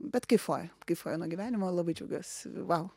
bet kaifuoju kaifuoju nuo gyvenimo labai džiaugiuosi vau